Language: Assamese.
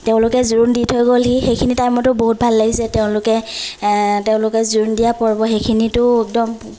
তেওঁলোকে জোৰোণ দি থৈ গ'লহি সেইখিনি টাইমতো বহুত ভাল লাগিছে তেওঁলোকে তেওঁলোকে জোৰোণ দিয়া পৰ্ব সেইখিনিটো একদম